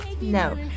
No